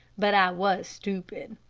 but i was stupid.